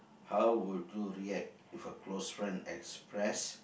how would you react if a close friend express